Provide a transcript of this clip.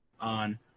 on